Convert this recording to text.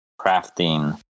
crafting